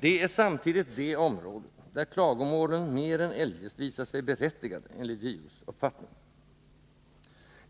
Det är Justitieombudssamtidigt det område där klagomålen mer än eljest visar sig berättigade enligt männens verksam JO:s egen uppfattning.